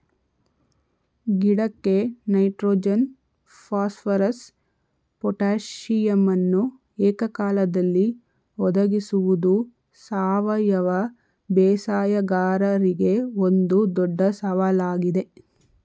ಗಿಡಕ್ಕೆ nitrogen phosphorus ಪೊಟಾಸಿಯಮನ್ನು ಏಕಕಾಲದಲ್ಲಿ ಒದಗಿಸುವುದು ಸಾವಯವ ಬೇಸಾಯಗಾರರಿಗೆ ಒಂದು ದೊಡ್ಡ ಸವಾಲಾಗಿದೆ